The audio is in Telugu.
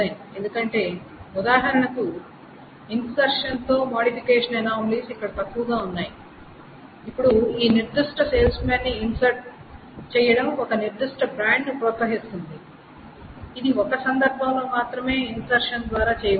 ఎందుకంటే ఉదాహరణకు ఇన్సర్షన్ తో మోడిఫికేషన్ అనామలీస్ ఇక్కడ తక్కువగా ఉన్నాయి ఇప్పుడు ఒక నిర్దిష్ట సేల్స్ మాన్ని ఇన్సర్ట్ చెయ్యటం ఒక నిర్దిష్ట బ్రాండ్ను ప్రోత్సహిస్తుంది ఇది ఒక సందర్భంలో మాత్రమే ఇన్సర్షన్ ద్వారా చేయవచ్చు